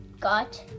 got